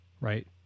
right